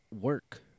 work